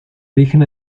origen